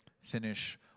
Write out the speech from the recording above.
finish